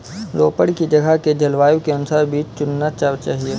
रोपड़ की जगह के जलवायु के अनुसार बीज चुनना चाहिए